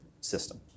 system